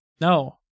No